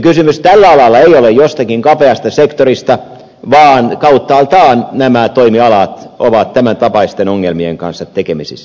kysymys tällä alalla ei ole jostakin kapeasta sektorista vaan kauttaaltaan nämä toimialat ovat tämäntapaisten ongelmien kanssa tekemisissä